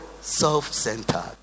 Self-centered